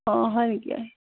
অঁ হয় নেকি